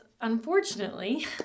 unfortunately